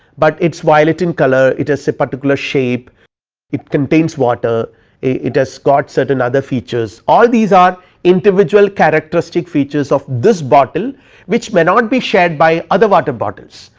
but its violet in color it as say particular shape it contains water it has got certain other features all these are individual characteristic features of this bottle which may not be shared by other water bottles.